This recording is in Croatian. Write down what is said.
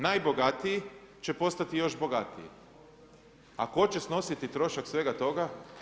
Najbogatiji će postati još bogatiji, a tko će snositi trošak svega toga?